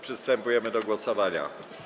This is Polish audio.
Przystępujemy do głosowania.